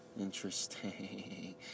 Interesting